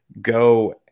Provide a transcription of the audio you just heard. go